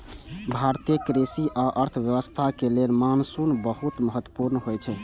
भारतीय कृषि आ अर्थव्यवस्था लेल मानसून बहुत महत्वपूर्ण होइ छै